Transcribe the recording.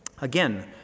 again